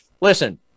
Listen